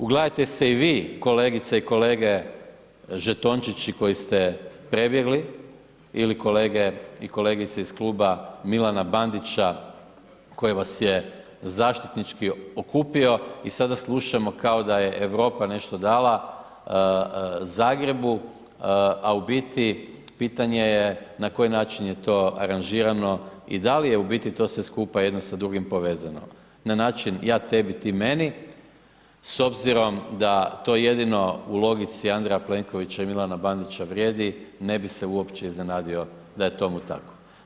Ugledajte se i vi kolegice i kolege žetončići koji ste prebjegli ili kolege i kolegice iz Kluba Milana Bandića koji vas je zaštitnički okupio i sada slušamo kao da je Europa nešto dala Zagrebu, a u biti pitanje je na koji način je to aranžirano i da li je u biti to sve skupa jedno sa drugim povezano na način ja tebi, ti meni s obzirom da to jedino u logici Andreja Plenkovića i Milana Bandića vrijedi, ne bi se uopće iznenadio da je tomu tako.